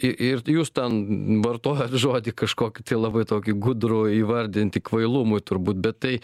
ir jūs ten vartojot žodį kažkokį labai tokį gudrų įvardinti kvailumui turbūt bet tai